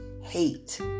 hate